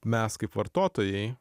mes kaip vartotojai